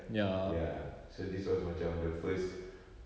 ya so this was macam the first